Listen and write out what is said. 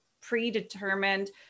predetermined